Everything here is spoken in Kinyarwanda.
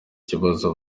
kibazo